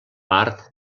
part